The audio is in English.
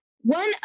One